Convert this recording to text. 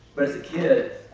but as a kid,